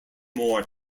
more